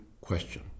question